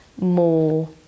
more